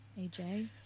A-J